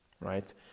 right